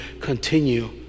continue